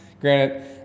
granted